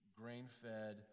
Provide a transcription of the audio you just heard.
grain-fed